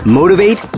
motivate